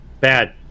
Bad